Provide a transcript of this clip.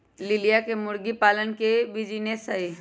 लिलिया के मुर्गी पालन के बिजीनेस हई